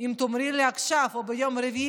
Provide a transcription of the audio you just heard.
אם תאמרי לי עכשיו או ביום רביעי,